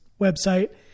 website